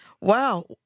Wow